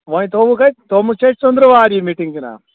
وۅنۍ تھوٚوُکھ اسہِ تھومٕژ چھِ اَسہِ ژٔنٛدروارِ یہِ میٖٹنٛگ جناب